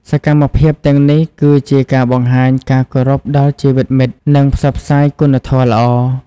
សកម្មភាពទាំងនេះគឺជាការបង្ហាញការគោរពដល់ជីវិតមិត្ត និងផ្សព្វផ្សាយគុណធម៌ល្អ។